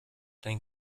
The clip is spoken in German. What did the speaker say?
dein